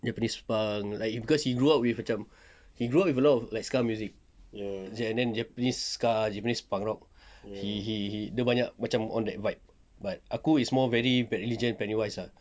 japanese punk like cause he grow up with macam he grow up with a lot of ska music and then japanese ska japanese punk rock he he he dia banyak macam on that vibe but aku is more very bad religion penny wise ah